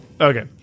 Okay